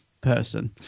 person